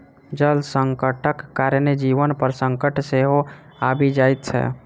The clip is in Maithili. जल संकटक कारणेँ जीवन पर संकट सेहो आबि जाइत छै